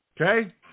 Okay